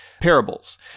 parables